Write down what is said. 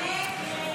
נתקבלה.